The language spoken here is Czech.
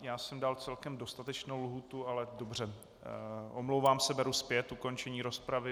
Já jsem dal celkem dostatečnou lhůtu, ale dobře, omlouvám se, beru zpět ukončení rozpravy.